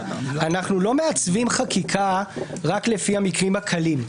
שאנחנו לא מעצבים חקיקה רק לפי המקרים הקלים,